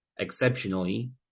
exceptionally